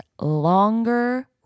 longer